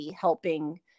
helping